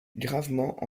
gravement